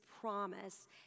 promise